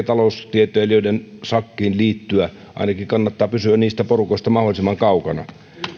taloustieteilijöiden sakkiin liittyä ainakin kannattaa pysyä niistä porukoista mahdollisimman kaukana